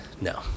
No